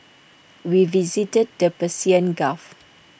we visited the Persian gulf